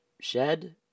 shed